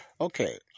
Okay